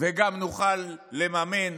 וגם נוכל לממן